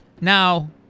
Now